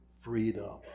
freedom